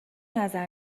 نظر